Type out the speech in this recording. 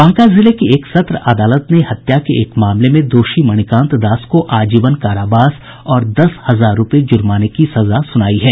बांका जिले की एक सत्र अदालत ने हत्या के एक मामले में दोषी मणिकांत दास को आजीवन कारावास और दस हजार रुपये जुर्माने की सजा सुनाई है